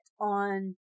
on